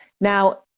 Now